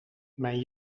mijn